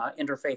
Interfaith